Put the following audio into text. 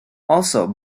also